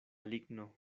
ligno